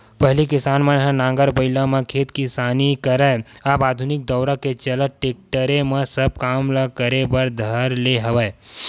पहिली किसान मन ह नांगर बइला म खेत किसानी करय अब आधुनिक दौरा के चलत टेक्टरे म सब काम ल करे बर धर ले हवय